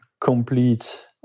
complete